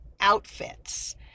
outfits